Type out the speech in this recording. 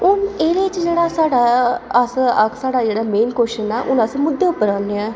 ओह् एह्दे बिच जेह्ड़ा साढ़ा अस साढ़ा एह्दे च अस जेह्ड़ा मेन क्वेच्शन ऐ हून अस मुद्दे पर आने आं